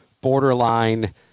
borderline